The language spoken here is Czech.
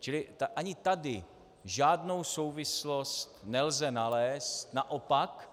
Čili ani tady žádnou souvislost nelze nalézt, naopak.